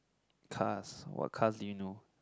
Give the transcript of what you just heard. cars what cars do you know